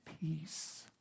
peace